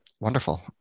Wonderful